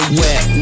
wet